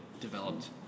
developed